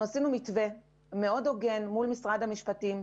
אנחנו יצרנו מתווה מאוד הוגן מול משרד המשפטים,